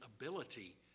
ability